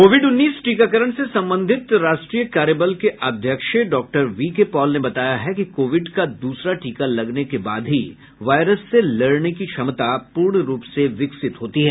Covid उन्नीस टीकाकरण से संबंधित राष्ट्रीय कार्यबल के अध्यक्ष डॉक्टर वीके पॉल ने बताया है कि कोविड का दूसरा टीका लगने के बाद ही वायरस से लड़ने की क्षमता पूर्ण रूप से विकसित होती है